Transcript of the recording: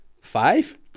Five